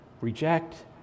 reject